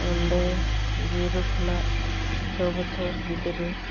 ᱚᱸᱰᱮ ᱡᱤᱨᱳ ᱠᱷᱚᱱᱟᱜ ᱪᱷᱚ ᱵᱚᱪᱷᱚᱨ ᱜᱤᱫᱽᱨᱟᱹ